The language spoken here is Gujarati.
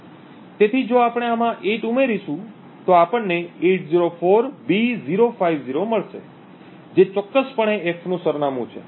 તેથી જો આપણે આમાં 8 ઉમેરીશું તો આપણને 804B050 મળશે જે ચોક્કસપણે f નું સરનામું છે